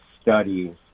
studies